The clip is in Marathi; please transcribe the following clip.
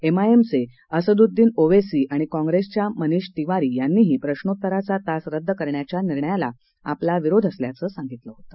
एम आय एम चे असदुद्दिन ओवेसी आणि काँग्रेसच्या मनीष तिवारी यांनीही प्रश्नोत्तराचा तास रद्द करण्याच्या निर्णयाला आपला विरोध असल्याचं सांगितलं होतं